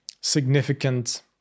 significant